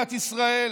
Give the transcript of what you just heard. מדינת ישראל